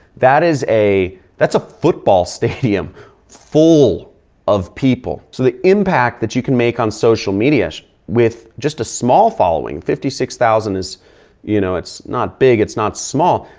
that is a. that's a football stadium full of people. so, the impact that you can make on social media with just a small following. fifty six thousand is you know, it's not big, it's not small.